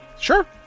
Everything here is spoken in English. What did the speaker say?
Sure